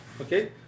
Okay